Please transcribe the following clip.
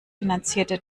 finanzierte